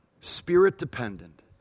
spirit-dependent